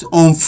on